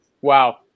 Wow